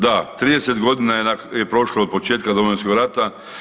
Da, 30 godina je prošlo od početka Domovinskog rata.